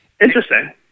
Interesting